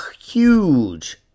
huge